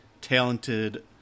talented